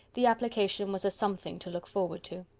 the application was a something to look forward to.